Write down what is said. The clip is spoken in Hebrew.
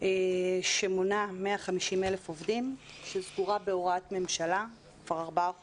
שמונה 150,000 עובדים והיא סגורה בהוראת ממשלה כבר ארבעה חודשים,